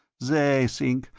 they think,